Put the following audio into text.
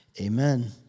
Amen